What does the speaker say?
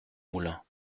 moulins